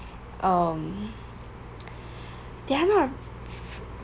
um they're not